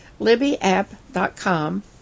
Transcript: libbyapp.com